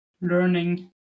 learning